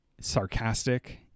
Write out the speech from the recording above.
sarcastic